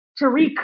Tariq